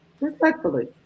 Respectfully